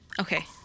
Okay